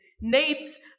Nate's